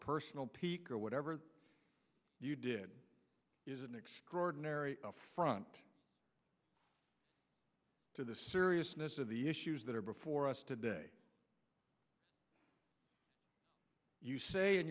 personal pique or whatever you did is an extraordinary affront to the seriousness of the issues that are before us today you say in